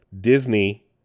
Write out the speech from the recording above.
Disney